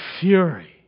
fury